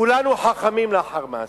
כולנו חכמים לאחר מעשה.